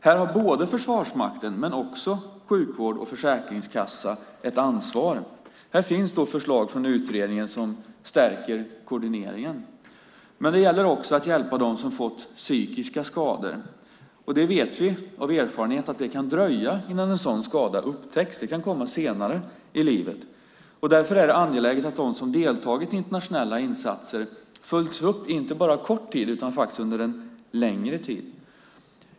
Här har inte bara Försvarsmakten utan också sjukvården och Försäkringskassan ett ansvar, och det finns förslag från utredningen som stärker denna koordinering. Det gäller också att hjälpa dem som fått psykiska skador, och vi vet av erfarenhet att det kan dröja innan en sådan skada upptäcks - det kan komma senare i livet. Det är därför angeläget att de som deltagit i internationella insatser följs upp inte bara under kort utan under längre tid.